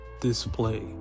display